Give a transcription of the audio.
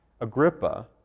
Agrippa